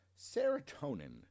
serotonin